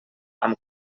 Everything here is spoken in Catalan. amb